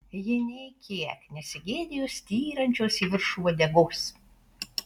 ji nė kiek nesigėdijo styrančios į viršų uodegos